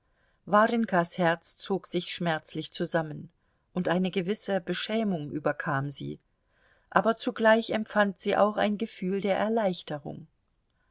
warjenkas herz zog sich schmerzlich zusammen und eine gewisse beschämung überkam sie aber zugleich empfand sie auch ein gefühl der erleichterung